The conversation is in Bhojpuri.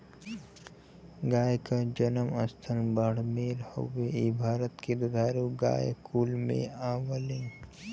गाय क जनम स्थल बाड़मेर हउवे इ भारत के दुधारू गाय कुल में आवलीन